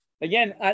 again